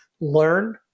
learn